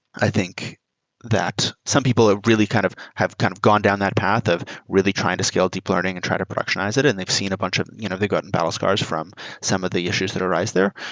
i think that some people ah kind of have kind of gone down that path of really trying to scale deep learning and trying to productionize it, and they've seen a bunch of you know they've gotten battle scars from some of the issues that arise there.